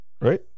right